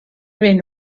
hyn